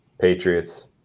Patriots